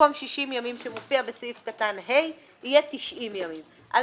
שבמקום 60 ימים שמופיע בסעיף קטן (ה) יהיה 90 ימים על